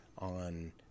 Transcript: on